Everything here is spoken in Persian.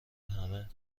همه